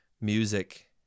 music